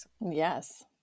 yes